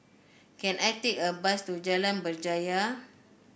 can I take a bus to Jalan Berjaya